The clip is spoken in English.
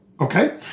Okay